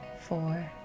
four